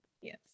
Yes